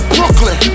Brooklyn